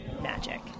magic